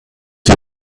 you